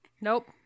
Nope